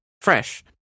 Fresh